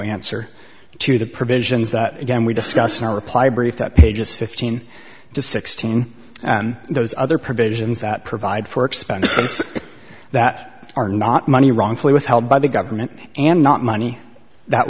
answer to the provisions that again we discuss in our reply brief that pages fifteen to sixteen those other provisions that provide for expenses that are not money wrongfully withheld by the government and not money that